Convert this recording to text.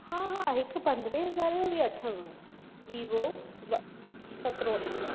हा हा हिकु पंद्रहें हज़ारें जो बि अथव वीवो सत्रहों नम्बर